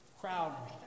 crowd